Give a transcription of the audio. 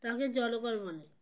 তাকে জল কর বলে